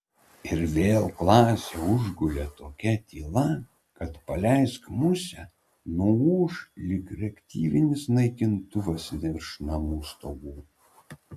ir vėl klasę užgulė tokia tyla kad paleisk musę nuūš it reaktyvinis naikintuvas virš namų stogų